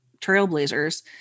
trailblazers